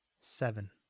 seven